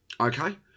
Okay